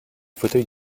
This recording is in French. fauteuil